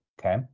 okay